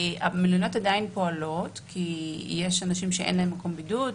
המלוניות עדיין פועלות כי יש אנשים שאין להם מקום בידוד,